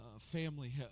family